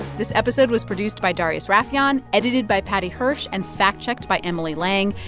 this episode was produced by darius rafieyan, edited by paddy hirsch and fact-checked by emily lang.